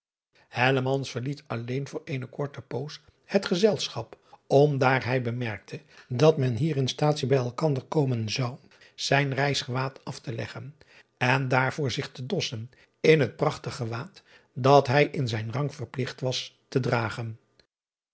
verliet alleen voor eene korte poos het gezelschap om daar hij bemerkte dat men hier in staatsie bij elkander komen zou zijn reisgewad af te leggen en daarvoor zich te dossen in het prachtig gewaad dat hij in zijn rang verpligt was te dragen